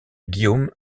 guillaume